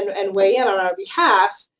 and weigh in on our behalf,